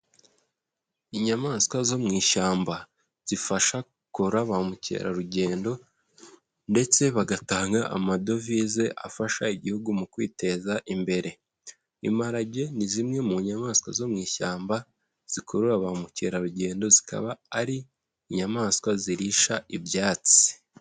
Inyamaswa zo mu ishyamba, zifasha gukurura mukerarugendo ndetse bagatanga amadovize afasha igihugu mu kwiteza imbere, imparage ni zimwe mu nyamaswa zo mu ishyamba, zikurura ba mukerarugendo zikaba ari inyamaswa zirisha ibyatsi.